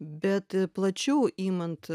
bet plačiau imant